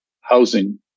housing